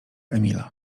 emila